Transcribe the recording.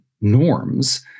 norms